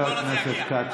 אני אראה לך.